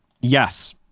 Yes